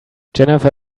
jennifer